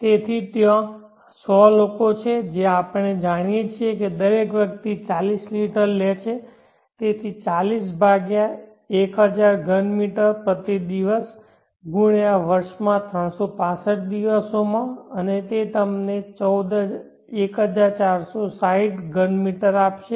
તેથી ત્યાં 100 લોકો છે અને આપણે જાણીએ છીએ કે દરેક વ્યક્તિ 40 લિટર લે છે તેથી 40 ભાગ્યા 1000ઘન મીટર પ્રતિ દિવસ ગુણ્યાં વર્ષમાં 365 દિવસોમાં અને તે તમને 1460 ઘન મીટર આપશે